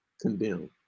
condemn